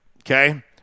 okay